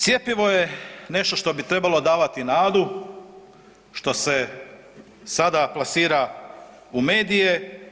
Cjepivo je nešto što bi trebalo davati nadu što se sada plasira u medije.